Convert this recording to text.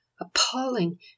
appalling